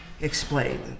explain